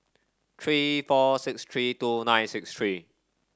three four six three two nine six three